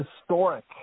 historic